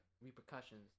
repercussions